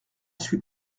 suis